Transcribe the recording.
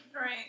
Right